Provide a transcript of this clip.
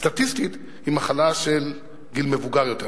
סטטיסטית, היא מחלה של גיל מבוגר יותר.